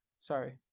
Sorry